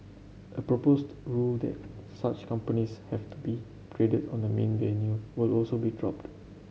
a proposed rule that such companies have to be traded on the main venue will also be dropped